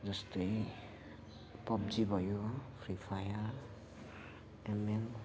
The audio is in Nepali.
जस्तै पब्जी भयो फ्री फायर एमएन